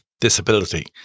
disability